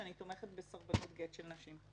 שאני תומכת בסרבנות גט של נשים.